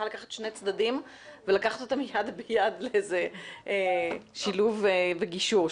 לקחת שני צדדים ולקחת אותם יד ביד לאיזה שילוב וגישור.